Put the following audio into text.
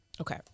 Okay